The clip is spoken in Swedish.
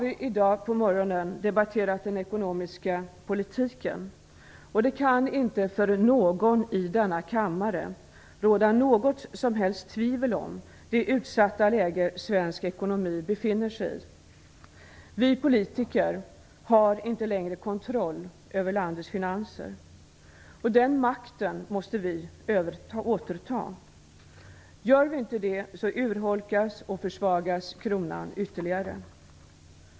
I morse debatterade vi den ekonomiska politiken. Ingen i denna kammare kan ha något som helst tvivel om det utsatta läge som svensk ekonomi befinner sig i. Vi politiker har inte längre kontroll över landets finanser. Den makten måste vi återta. Gör vi inte det, urholkas och försvagas kronan ytterligare.